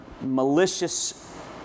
malicious